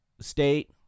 state